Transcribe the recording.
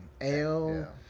ale